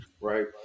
right